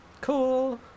Cool